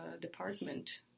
department